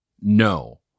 No